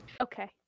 Okay